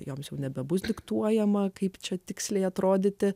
joms jau nebebus diktuojama kaip čia tiksliai atrodyti